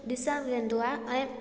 ॾिसनि वेंदो आहे ऐं